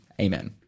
amen